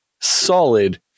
solid